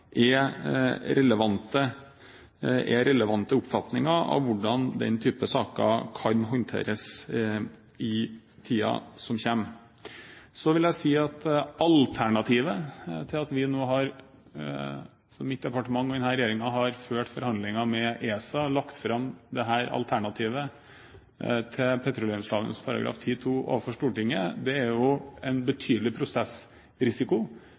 er relevante oppfatninger av hvordan denne typen saker kan håndteres i tiden som kommer. Så vil jeg si at alternativet til at vi – altså mitt departement og denne regjeringen – nå har ført forhandlingene med ESA, lagt fram dette alternativet til petroleumsloven § 10-2 overfor Stortinget, er en betydelig prosessrisiko som kunne ha endt med at man ikke hadde hatt en petroleumsparagraf i det